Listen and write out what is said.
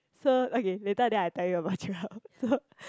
so okay later then I tell you about Joel so